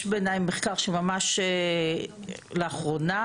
יש מחקר ממש מהזמן האחרון,